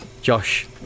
Josh